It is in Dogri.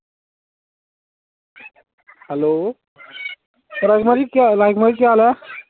हैलो राजकुमार जी केह् हाल ऐ